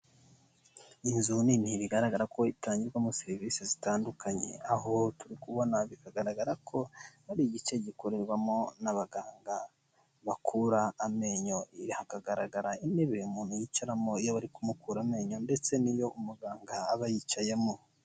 inzu nini nti bigaragara ko itangirwamo serivisi zitandukanye, aho turi kubona bikagaragara ko ari igice gikorerwamo n'abaganga bakura amenyo. Hakagaragara intebe umuntu yicaramo iyo bari kumukura amenyo ndetse n'iyo umuganga aba yicayemo.